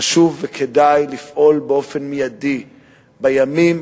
חשוב וכדאי לפעול באופן מיידי בימים,